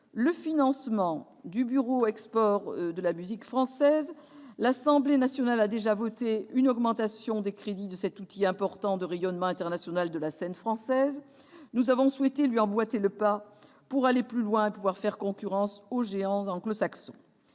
le financement du Bureau export de la musique française. L'Assemblée nationale a déjà voté une augmentation des crédits de cet outil important de rayonnement international de la scène française. Nous avons souhaité lui emboîter le pas pour aller plus loin et pouvoir ainsi faire concurrence aux géants anglo-saxons.